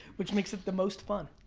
which makes it the most fun.